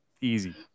Easy